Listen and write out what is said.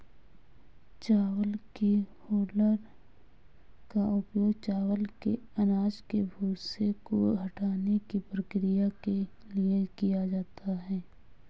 चावल की हूलर का उपयोग चावल के अनाज के भूसे को हटाने की प्रक्रिया के लिए किया जाता है